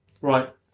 Right